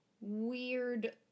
weird